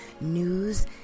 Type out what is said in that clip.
News